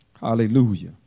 Hallelujah